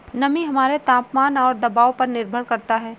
नमी हमारे तापमान और दबाव पर निर्भर करता है